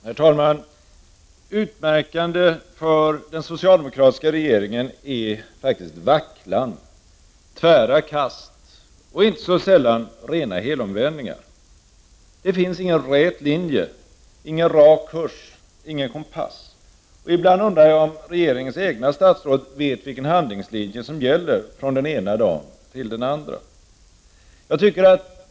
Herr talman! Det som är utmärkande för den socialdemokratiska regeringen är vacklan, tvära kast och inte så sällan rena helomvändningar. Det finns ingen rät linje, ingen rak kurs och ingen kompass. Ibland undrar jag om de statsråd som sitter i regeringen själva vet vilken handlingslinje som gäller från den ena dagen till den andra.